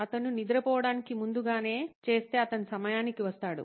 అతను నిద్రపోవడానికి ముందు గానే చేస్తే అతను సమయానికి వస్తాడు